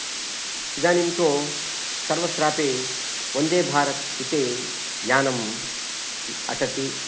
इदानीं तु सर्वत्रापि वन्देभारत् इति यानम् अठति